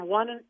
one